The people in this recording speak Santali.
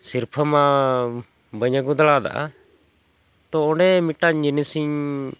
ᱥᱤᱨᱯᱟᱹᱢᱟ ᱵᱟᱹᱧ ᱟᱹᱜᱩ ᱫᱟᱲᱮᱭᱟᱫᱟ ᱛᱚ ᱚᱸᱰᱮ ᱢᱤᱫᱴᱟᱝ ᱡᱤᱱᱤᱥᱤᱧ